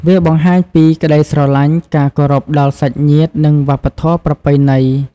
វាបង្ហាញពីក្តីស្រឡាញ់ ការគោរពដល់សាច់ញាតិ និងវប្បធម៌ប្រពៃណី។